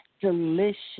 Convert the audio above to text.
delicious